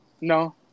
No